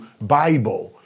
Bible